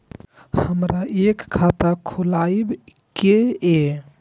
हमरा एक खाता खोलाबई के ये?